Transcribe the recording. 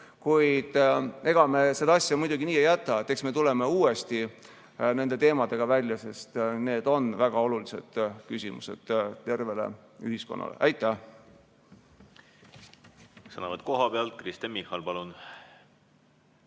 Kuid ega me seda asja muidugi nii ei jäta, eks me tuleme uuesti nende teemadega välja, sest need on väga olulised küsimused tervele ühiskonnale. Aitäh!